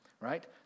right